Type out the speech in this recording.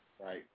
Right